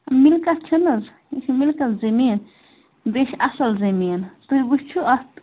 مِلکَت چھَنہٕ حظ یہِ چھِ مِلکَس زٔمیٖن بیٚیہِ چھِ اَصٕل زٔمیٖن تُہۍ وُچھِو اَتھ